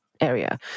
area